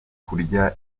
kurya